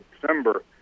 December